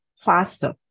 faster